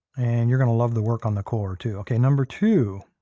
and you're going to love the work on the core too. okay, number two.